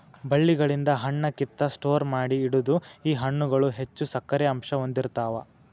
ಬಳ್ಳಿಗಳಿಂದ ಹಣ್ಣ ಕಿತ್ತ ಸ್ಟೋರ ಮಾಡಿ ಇಡುದು ಈ ಹಣ್ಣುಗಳು ಹೆಚ್ಚು ಸಕ್ಕರೆ ಅಂಶಾ ಹೊಂದಿರತಾವ